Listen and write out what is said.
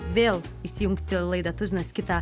vėl įsijungti laidą tuzinas kitą